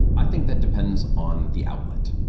i think that depends on the outlet.